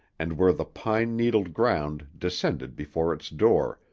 and where the pine-needled ground descended before its door,